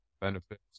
benefits